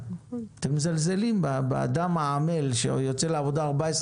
אתם מזלזלים באדם העמל שיוצא לעבודה ועובד 14